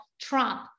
Trump